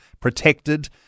protected